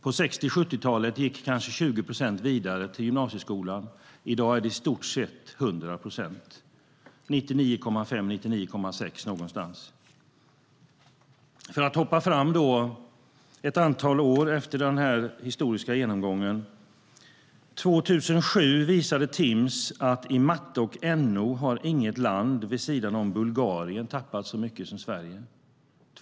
På 60 och 70-talen gick kanske 20 procent av eleverna vidare till gymnasieskolan. I dag är det i stort sett 100 procent - 99,5-99,6 procent. Låt mig efter denna historiska genomgång hoppa fram ett antal år. År 2007 visade Timss att i matte och NO har inget land, vid sidan om Bulgarien, tappat så mycket som Sverige.